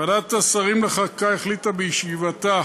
ועדת השרים לחקיקה החליטה, בישיבתה